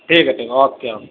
ٹھیک ہے ٹھیک ہے اوکے اوکے